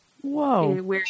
Whoa